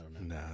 No